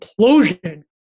implosion